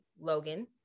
Logan